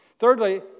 Thirdly